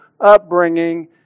upbringing